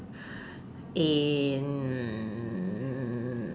and